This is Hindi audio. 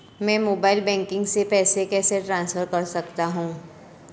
मैं मोबाइल बैंकिंग से पैसे कैसे ट्रांसफर कर सकता हूं?